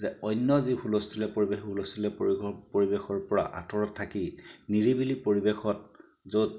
যে অন্য যি হুলস্থুলীয়া পৰিৱেশ হুলস্থুলীয়া পৰিৱেশৰ পৰিৱেশৰ পৰা আঁতৰত থাকি নিৰিবিলি পৰিৱেশত য'ত